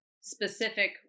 specific